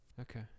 Okay